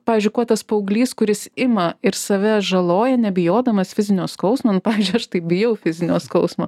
pavyzdžiui kuo tas paauglys kuris ima ir save žaloja nebijodamas fizinio skausmo nu pavyzdžiui aš tai bijau fizinio skausmo